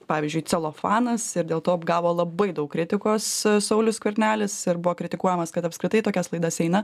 pavyzdžiui celofanas ir dėl to apgavo labai daug kritikos saulius skvernelis ir buvo kritikuojamas kad apskritai į tokias laidas eina